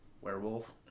Werewolf